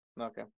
Okay